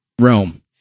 Rome